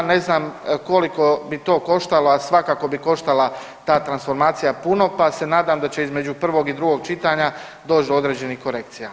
Ne znam koliko bi to koštala, a svakako bi koštala ta transformacija puno, pa se nadam da će između prvog i drugog čitanja doći do određenih korekcija.